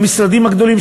המשרדים הגדולים,